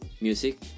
Music